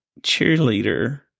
cheerleader